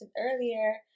earlier